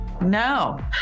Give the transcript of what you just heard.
No